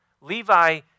Levi